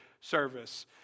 service